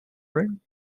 ring